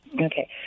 Okay